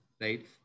right